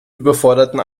überforderten